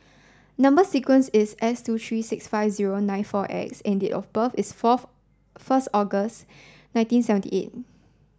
number sequence is S two tree six five zero nine four X and date of birth is fourth first August nineteen seventy eight